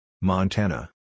Montana